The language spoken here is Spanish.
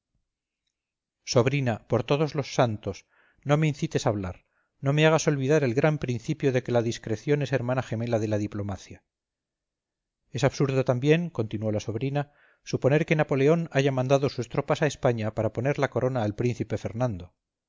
sobrina por todos los santos no me incites a hablar no me hagas olvidar el gran principio de que la discreción es hermana gemela de la diplomacia es absurdo también continuó la sobrina suponer que napoleón haya mandado sus tropas a españa para poner la corona al príncipe fernando